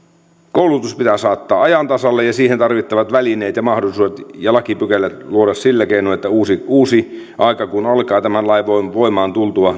koulutus pitää saattaa ajan tasalle ja siihen tarvittavat välineet ja mahdollisuudet ja lakipykälät luoda sillä keinoin että uusi uusi aika kun alkaa tämän lain voimaan voimaan tultua